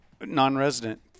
non-resident